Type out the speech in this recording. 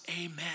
amen